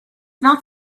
not